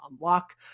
unlock